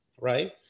right